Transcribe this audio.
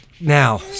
now